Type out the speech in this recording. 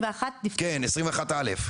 כן, 21 (א).